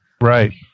right